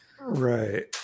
Right